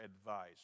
advice